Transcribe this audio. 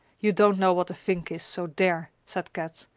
you don't know what a vink is so there, said kat.